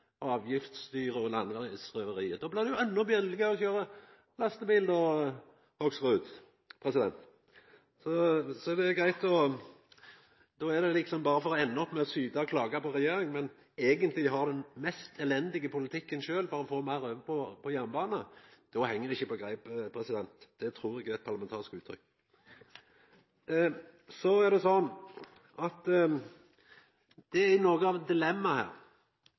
alt avgiftsstyret og landevegsrøveriet. Då blir det endå billegare å køyra lastebil. Då endar ein berre med å syta og klaga på regjeringa, men eigentleg har dei den mest elendige politikken sjølve for å få meir over på jernbane. Då heng det ikkje på greip. Det trur eg er eit parlamentarisk uttrykk. Så er det slik at noko av dilemmaet her